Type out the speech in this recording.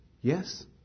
Yes